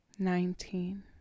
Nineteen